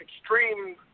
extreme